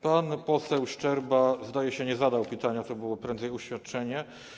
Pan poseł Szczerba, zdaje się, nie zadał pytania, to było prędzej oświadczenie.